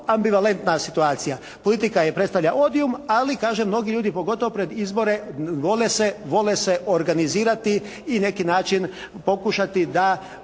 ambivalentna situacija. Politika predstavlja odium ali kažem mnogi ljudi pogotovo pred izbore vole se organizirati i na neki način pokušati da,